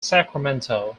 sacramento